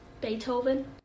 Beethoven